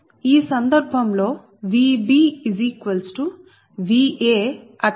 ఈ సందర్భంలో VbVa∠ 120